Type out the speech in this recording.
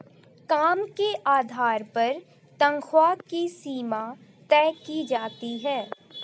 काम के आधार पर तन्ख्वाह की सीमा तय की जाती है